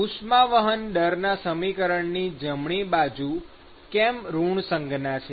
ઉષ્મા વહન દરના સમીકરણની જમણી બાજુ કેમ ઋણ સંજ્ઞા છે